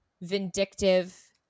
vindictive